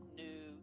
new